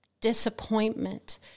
disappointment